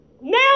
Now